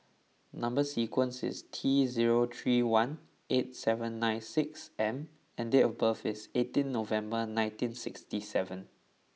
number sequence is T zero three one eight seven nine six M and date of birth is eighteen November nineteen sixty seven